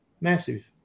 massive